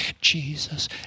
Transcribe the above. Jesus